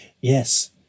Yes